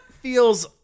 feels